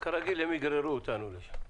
כרגיל הם יגררו אותנו לשם.